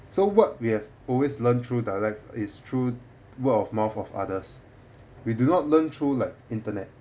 so what we have always learnt through dialects is through word of mouth of others we do not learn through like internet